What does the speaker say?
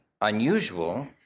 unusual